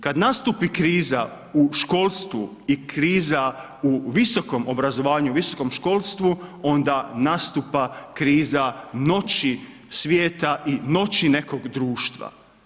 Kad nastupi kriza u školstvu i kriza u visokom obrazovanju, u visokom školstvu, onda nastupa kriza noći svijeta i noći nekog društva.